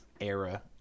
era